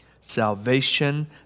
Salvation